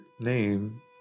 name